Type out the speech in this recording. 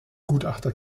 gutachter